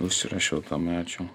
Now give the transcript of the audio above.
užsirašiau tomai ačiū